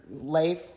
life